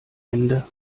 ende